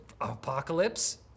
apocalypse